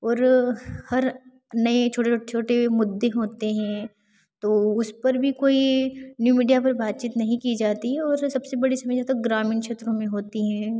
और हर नए छोटे छोटे मुद्दे होते हैं तो उस पर भी कोई न्यू मीडिया पर बातचीत नहीं की जाती और सबसे बड़ी समस्या तो ग्रामीण क्षेत्रो में होती हैं